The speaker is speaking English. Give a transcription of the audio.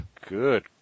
Good